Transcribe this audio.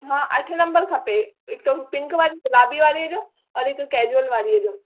मां अठ नंबर खपे हिकु पिंक वारी गुलाबी वारी जो वरी हिकु कैजुअल वारी जो